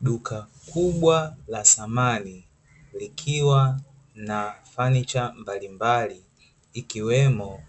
Duka kubwa la samani, likiwa na fanicha mabalimbali, ikiwemo